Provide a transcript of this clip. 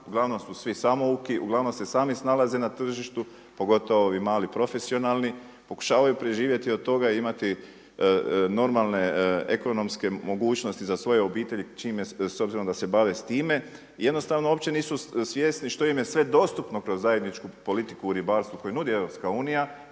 uglavnom su svi samouki, uglavnom se sami snalaze na tržištu pogotovo ovi mali profesionalni. Pokušavaju preživjeti od toga, imati normalne ekonomske mogućnosti za svoje obitelji s obzirom da se bave s time. Jednostavno uopće nisu svjesni što im je sve dostupno kroz zajedničku politiku u ribarstvu koje nudi EU kroz